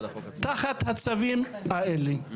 תחת הצווים האלה.